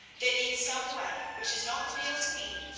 that in some way which is not revealed to me,